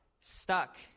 stuck